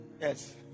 Yes